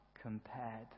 compared